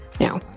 Now